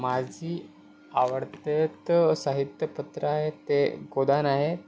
माझी आवडतेत साहित्यपत्र आहेत ते गोदान आहे